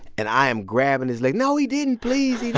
and i am grabbing his leg. no, he didn't. please,